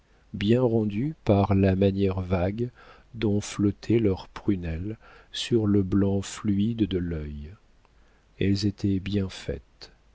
bien rendue par la manière vague dont flottaient leurs prunelles sur le blanc fluide de l'œil elles étaient bien faites